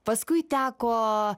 paskui teko